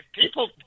people